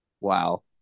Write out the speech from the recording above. Wow